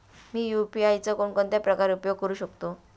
मी UPI चा कोणकोणत्या प्रकारे उपयोग करू शकतो?